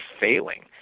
failing